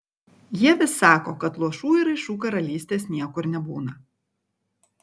jie vis sako kad luošų ir raišų karalystės niekur nebūna